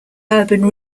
urban